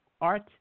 Art